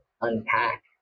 unpack